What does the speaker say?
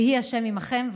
יהי ה' עמכם.